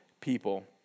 people